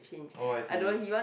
oh I see